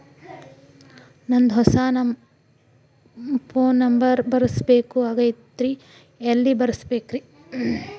ನಂದ ಹೊಸಾ phone number ಬರಸಬೇಕ್ ಆಗೈತ್ರಿ ಎಲ್ಲೆ ಬರಸ್ಬೇಕ್ರಿ?